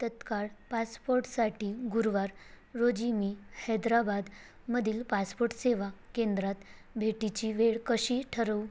तत्काळ पासपोर्टसाठी गुरुवार रोजी मी हैदराबादमधील पासपोर्ट सेवा केंद्रात भेटीची वेळ कशी ठरवू